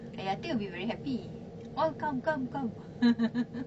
ayah teh will be very happy all come come come